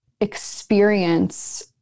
experience